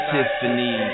Tiffany